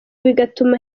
bigatuma